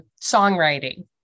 songwriting